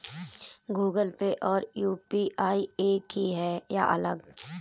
Google Pay और UPI एक ही है या अलग?